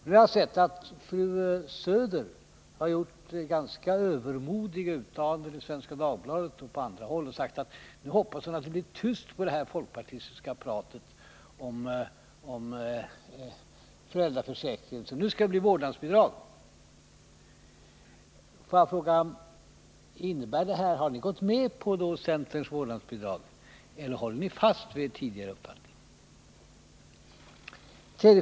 Nu har jag sett att fru Söder har gjort ganska övermodiga uttalanden i Svenska Dagbladet och på andra håll och sagt att hon hoppas att det blir tyst på det här folkpartistiska talet om föräldraförsäkring, för det skall bli vårdnadsbidrag. Får jag mot denna bakgrund fråga: Innebär detta att ni i folkpartiet har gått med på centerns vårdnadsbidrag eller håller ni fast vid er tidigare uppfattning?